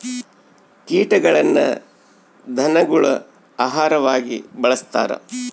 ಕೀಟಗಳನ್ನ ಧನಗುಳ ಆಹಾರವಾಗಿ ಬಳಸ್ತಾರ